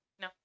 No